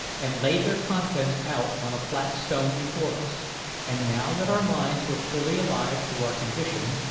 and laid their contents out on a flat stone before us and now that our minds were fully alive to our condition,